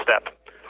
step